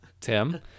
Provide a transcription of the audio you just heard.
Tim